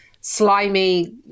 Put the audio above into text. slimy